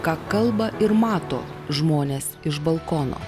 ką kalba ir mato žmones iš balkono